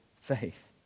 faith